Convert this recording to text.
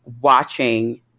watching